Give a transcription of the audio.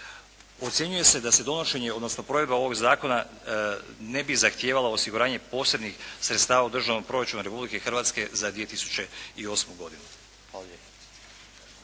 Ocjenjuje se da se donošenje, odnosno provedba ovog zakona ne bi zahtijevala osiguranje posebnih sredstava u Državnom proračunu Republike Hrvatske za 2008. godinu.